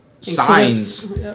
signs